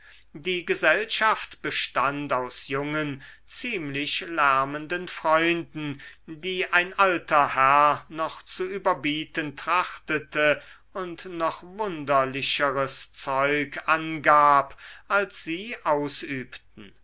die gesellschaft bestand aus jungen ziemlich lärmenden freunden die ein alter herr noch zu überbieten trachtete und noch wunderlicheres zeug angab als sie ausübten